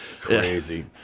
crazy